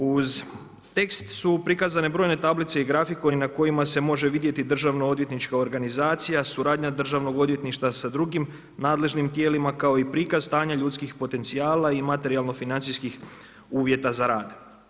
Uz tekst su prikazane brojne tablice i grafikoni na kojima se može vidjeti državno odvjetnička organizacija, suradnja državnog odvjetništva sa drugim nadležnim tijelima kao i prikaz stanja ljudskih potencijala i materijalno financijskih uvjeta za rad.